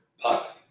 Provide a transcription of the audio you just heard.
Puck